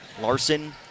Larson